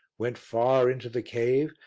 went far into the cave,